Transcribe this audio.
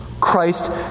Christ